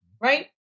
right